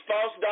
false